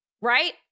right